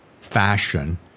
fashion